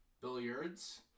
billiards